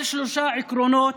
על שלושה עקרונות: